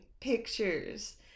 pictures